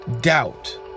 Doubt